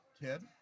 kid